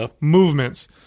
movements